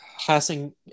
passing